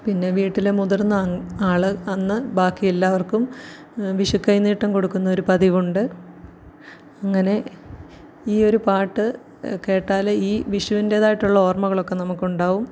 പിന്നെ വീട്ടിലെ മുതിർന്ന ആൾ അന്ന് ബാക്കിയെല്ലാവർക്കും വിഷുക്കൈനീട്ടം കൊടുക്കുന്ന ഒരു പതിവുണ്ട് അങ്ങനെ ഈ ഒരു പാട്ട് കേട്ടാൽ ഈ വിഷുവിൻ്റേതായിട്ടുള്ള ഓർമ്മകളൊക്കെ നമുക്കുണ്ടാകും